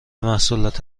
محصولات